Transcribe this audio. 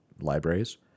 libraries